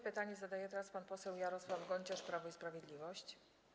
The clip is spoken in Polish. Pytanie zadaje teraz pan poseł Jarosław Gonciarz, Prawo i Sprawiedliwość.